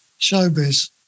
showbiz